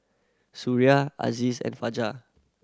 Suria Aziz and Fajar